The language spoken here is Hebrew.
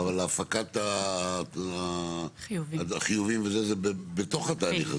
אבל הפקת החיובים וזה, זה בתוך התהליך הזה?